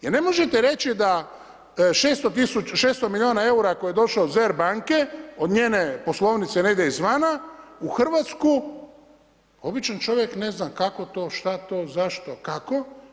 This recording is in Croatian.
Jer ne možete reći da 600 milijuna eura koji je došao od SBER banke, od njene poslovnice negdje izvana u Hrvatsku običan čovjek ne zna kako to, šta to, zašto, kako.